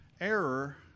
error